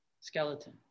skeleton